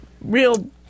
real